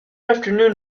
afternoon